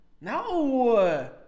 No